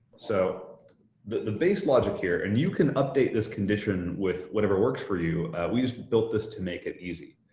so the base logic here, and you can update this condition with whatever works for you. we just built this to make it easy.